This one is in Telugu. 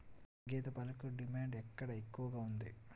గేదె పాలకు డిమాండ్ ఎక్కడ ఎక్కువగా ఉంది?